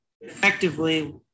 effectively